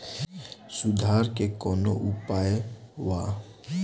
सुधार के कौनोउपाय वा?